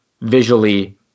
visually